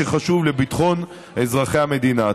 שחשוב לביטחון אזרחי המדינה.